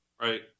right